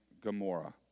Gomorrah